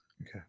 Okay